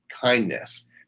kindness